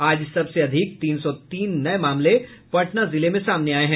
आज सबसे अधिक तीन सौ तीन नये मामले पटना जिले में सामने आये हैं